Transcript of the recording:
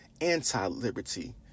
anti-liberty